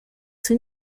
sin